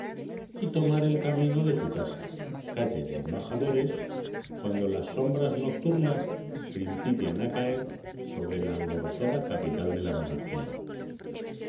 y tomar el camino de su casa calle de embajadores cuando las sombras nocturnas principian a caer sobre la alborozada capital de la monarquía